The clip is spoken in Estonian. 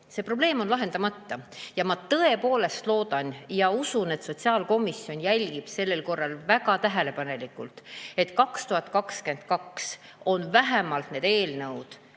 See probleem on lahendamata. Ma tõepoolest loodan ja usun, et sotsiaalkomisjon jälgib sellel korral väga tähelepanelikult, et 2022 on vähemalt need eelnõud